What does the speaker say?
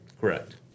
Correct